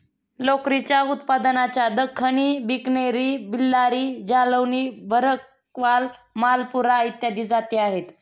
लोकरीच्या उत्पादनाच्या दख्खनी, बिकनेरी, बल्लारी, जालौनी, भरकवाल, मालपुरा इत्यादी जाती आहेत